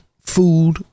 food